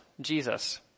Jesus